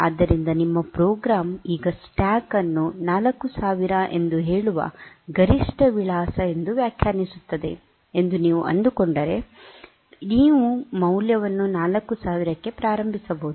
ಆದ್ದರಿಂದ ನಿಮ್ಮ ಪ್ರೋಗ್ರಾಂ ಈಗ ಸ್ಟಾಕ್ ಅನ್ನು 4000 ಎಂದು ಹೇಳುವ ಗರಿಷ್ಠ ವಿಳಾಸ ಎಂದು ವ್ಯಾಖ್ಯಾನಿಸುತ್ತದೆ ಎಂದು ನೀವು ಕಂಡುಕೊಂಡರೆ ನೀವು ಮೌಲ್ಯವನ್ನು 4000 ಕ್ಕೆ ಪ್ರಾರಂಭಿಸಬಹುದು